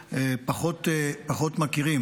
פחות מכירים.